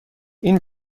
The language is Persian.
این